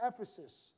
Ephesus